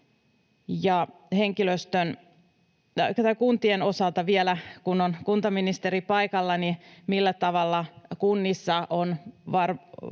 Kuntien osalta vielä, kun on kuntaministeri paikalla: Millä tavalla kunnissa on